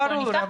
ברור.